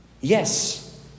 yes